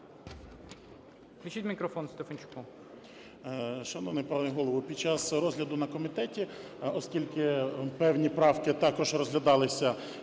під час розгляду на комітеті, оскільки певні правки також розглядалися